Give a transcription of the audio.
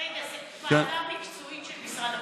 רגע, זו ועדה מקצועית של משרד הפנים?